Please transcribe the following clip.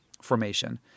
formation